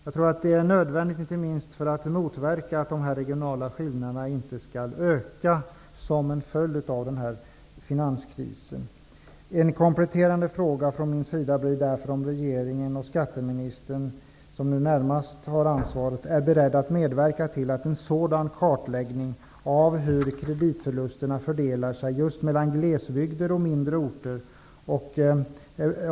Jag tror att det är nödvändigt, inte minst för att motverka att de här regionala skillnaderna ökar som en följd av finanskrisen. Ett par kompletterande frågor från min sida blir därför: Är regeringen -- och skatteministern, som närmast har ansvaret -- beredd att medverka till att en kartläggning av hur kreditförlusterna fördelar sig just mellan glesbygder och mindre orter görs?